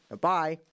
Bye